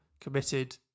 committed